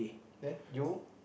then johor